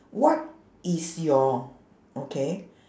what is your okay